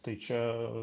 tai čia